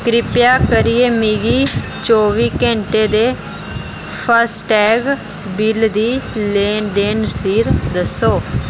कृपा करियै मिगी चौह्बी घैंटे दे फास्टैग बिल्ल दी लेन देन रसीद दस्सो